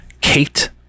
Kate